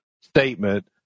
statement